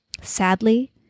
Sadly